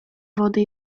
wody